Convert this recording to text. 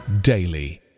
daily